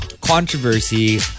controversy